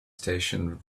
station